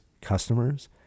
customers